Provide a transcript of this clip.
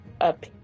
up